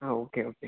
ആ okay okay